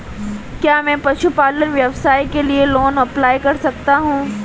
क्या मैं पशुपालन व्यवसाय के लिए लोंन अप्लाई कर सकता हूं?